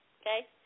okay